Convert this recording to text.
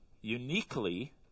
uniquely